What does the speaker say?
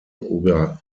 über